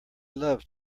love